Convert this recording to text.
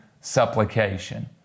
supplication